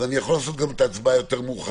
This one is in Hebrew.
אז אני יכול לעשות את ההצבעה יותר מאוחר.